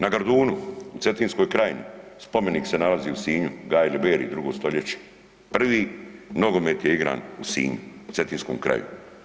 Na Gardunu u cetinskoj krajini, spomenik se nalazi u Sinju, Gaj Laberije, 2. stoljeće, prvi nogomet je igran u Sinju u cetinskom kraju.